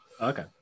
Okay